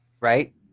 right